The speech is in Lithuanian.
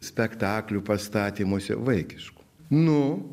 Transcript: spektaklių pastatymuose vaikiškų nu